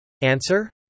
Answer